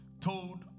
told